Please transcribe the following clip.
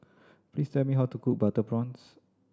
please tell me how to cook butter prawns